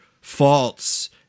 faults